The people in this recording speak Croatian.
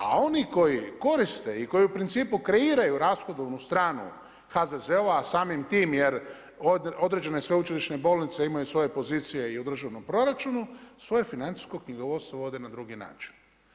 A oni koji koriste koji u principu kreiraju rashodovnu stranu HZZO-a, a samim time jer određene sveučilišne bolnice imaju svoje pozicije i u državnom proračunu, svoje financijsko knjigovodstvo vode na drugi način.